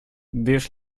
this